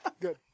good